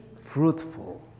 fruitful